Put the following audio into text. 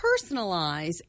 personalize